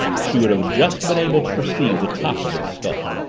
she would have just been able to perceive the top of its skull.